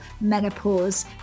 menopause